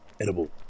edible